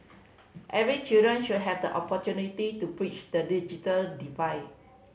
every children should have the opportunity to bridge the digital divide